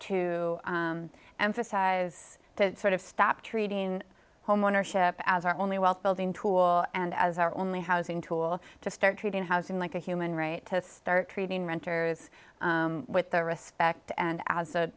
to emphasize that sort of stop treating homeownership as our only wealth building tool and as our only housing tool to start treating housing like a human right to start treating renters with their respect and as a